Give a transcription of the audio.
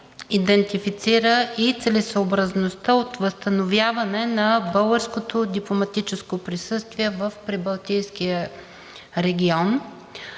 идентифицира и целесъобразността от възстановяване на българското дипломатическо присъствие в Прибалтийския регион.